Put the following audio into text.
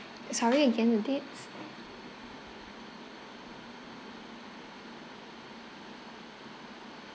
sorry again the dates